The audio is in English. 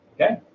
okay